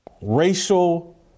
racial